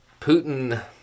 Putin